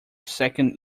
second